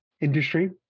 industry